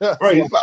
Right